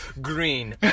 green